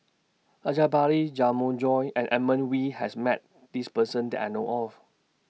Rajabali Jumabhoy and Edmund Wee has Met This Person that I know of